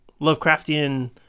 Lovecraftian